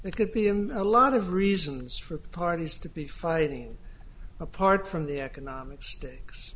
it could be in a lot of reasons for parties to be fighting apart from the economic st